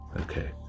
Okay